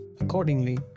Accordingly